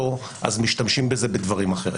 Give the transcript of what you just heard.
משתמשים בו בדברים אחרים.